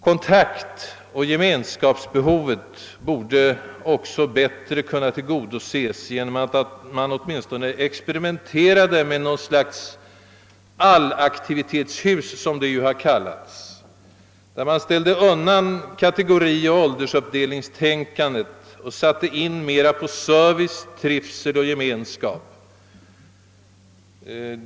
Kontaktoch gemenskapsbehovet borde också bättre kunna tillgodoses genom att man åtminstone experimenterade med något slags allaktivitetshus, som det ju har kallats, där man förde undan kategorioch åldersuppdelningstänkandet och satte in mera av service, trivsel och gemenskap.